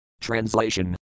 TRANSLATION